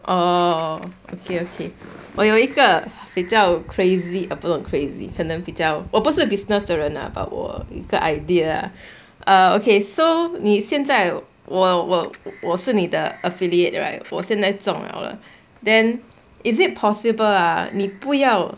orh okay okay 我有一个比较 crazy 不是 crazy 可能比较我不是 business 的人 lah but 我有一个 idea lah err okay so 你现在我我我是你的 affiliate right 我现在种了 then is it possible ah 你不要